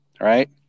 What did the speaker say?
right